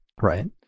Right